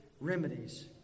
remedies